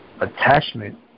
attachment